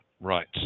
Right